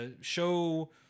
show